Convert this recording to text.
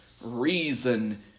reason